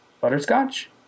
Butterscotch